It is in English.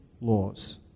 laws